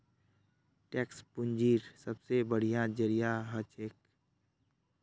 tax पूंजीर सबसे बढ़िया जरिया हछेक